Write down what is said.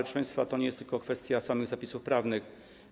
Proszę państwa, to nie jest tylko kwestia samych zapisów prawnych.